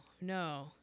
no